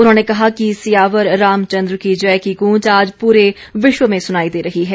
उन्होंने कहा कि सियावर रामचन्द्र की जय की गूंज आज पूरे विश्व में सुनाई दे रही है